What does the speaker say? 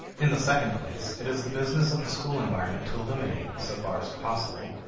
in the second place, it is the business of the school environment to eliminate, so far as possible,